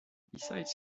besides